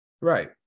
right